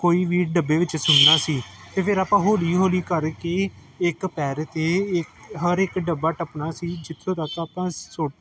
ਕੋਈ ਵੀ ਡੱਬੇ ਵਿੱਚ ਸੁੱਟਣਾ ਸੀ ਅਤੇ ਫਿਰ ਆਪਾਂ ਹੌਲੀ ਹੌਲੀ ਕਰਕੇ ਇੱਕ ਪੈਰ ਅਤੇ ਇੱਕ ਹਰ ਇੱਕ ਡੱਬਾ ਟੱਪਣਾ ਸੀ ਜਿੱਥੋਂ ਤੱਕ ਆਪਾਂ ਸੁੱਟ